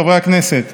חברי הכנסת,